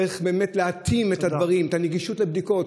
צריך באמת להתאים את הדברים, את הנגישות לבדיקות.